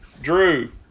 Drew